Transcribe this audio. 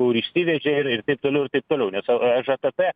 kur išsivežė ir ir taip toliau ir taip toliau nes o aš etape